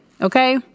Okay